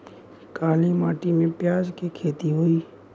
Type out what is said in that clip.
काली माटी में प्याज के खेती होई?